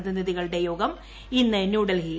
പ്രതിനിധികളുടെ യോഗം ഇന്ന് ന്യൂഡൽഹിയിൽ